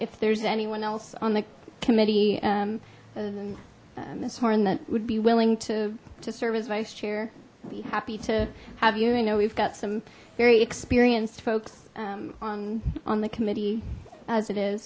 if there's anyone else on the committee and this horn that would be willing to to serve as vice chair be happy to have you i know we've got some very experienced folks on on the committee as it is